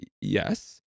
yes